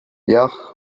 jah